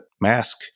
mask